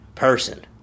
person